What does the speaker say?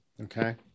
Okay